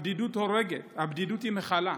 הבדידות הורגת, הבדידות היא מכלה.